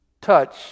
touch